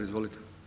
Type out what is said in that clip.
Izvolite.